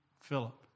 Philip